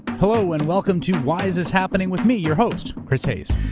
hello and welcome to why is this happening? with me, your host, chris hayes.